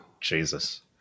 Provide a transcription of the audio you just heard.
Jesus